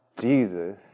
Jesus